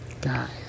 guys